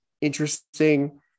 interesting